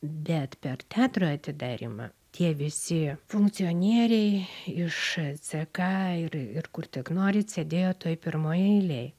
bet per teatro atidarymą tie visi funkcionieriai iš ck ir ir kur tik norit sėdėjo toj pirmoj eilėj